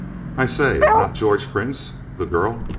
i say, not george prince? the girl